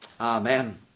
Amen